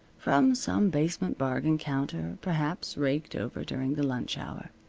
from some basement bargain counter, perhaps, raked over during the lunch hour.